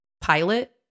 pilot